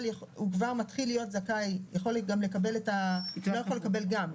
אבל הוא כבר מתחיל להיות זכאי הוא לא יכול לקבל גם,